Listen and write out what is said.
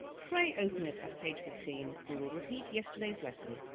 pray open it at page fifteen. we will repeat yesterday's lesson.